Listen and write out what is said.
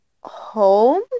home